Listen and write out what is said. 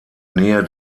nähe